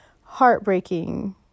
heartbreaking